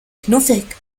knuffig